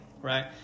right